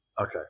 Okay